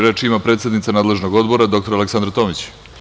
Reč ima predsednica nadležnog Odbora dr Aleksandra Tomić.